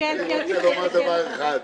אני רוצה לומר דבר אחד.